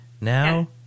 Now